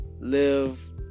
live